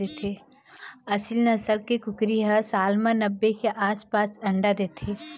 एसील नसल के कुकरी ह साल म नब्बे के आसपास अंडा देथे